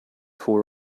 four